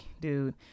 dude